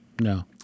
No